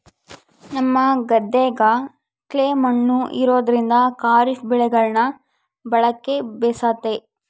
ನಮ್ಮ ಗದ್ದೆಗ ಕ್ಲೇ ಮಣ್ಣು ಇರೋದ್ರಿಂದ ಖಾರಿಫ್ ಬೆಳೆಗಳನ್ನ ಬೆಳೆಕ ಬೇಸತೆ